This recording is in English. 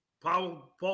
Paul